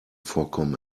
vorkommen